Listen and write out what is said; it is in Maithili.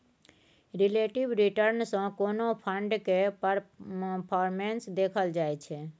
रिलेटिब रिटर्न सँ कोनो फंड केर परफॉर्मेस देखल जाइ छै